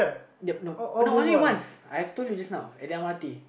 ya nope no only once I have told you just now at the M_R_T